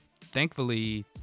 thankfully